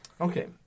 Okay